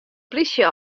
plysje